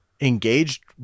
engaged